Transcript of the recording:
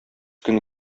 көне